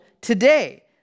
today